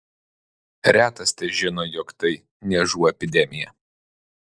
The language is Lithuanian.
retas težino jog tai niežų epidemija